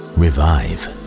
revive